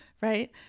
right